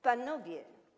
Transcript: Panowie!